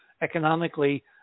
economically